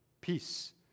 Peace